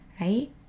right